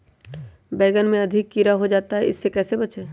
बैंगन में अधिक कीड़ा हो जाता हैं इससे कैसे बचे?